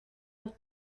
los